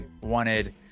wanted